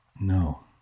No